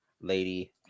lady